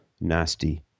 nasty